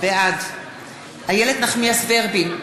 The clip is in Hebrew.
בעד איילת נחמיאס ורבין,